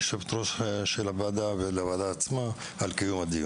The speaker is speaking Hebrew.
יושבת-ראש הוועדה והוועדה בכלל.